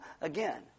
again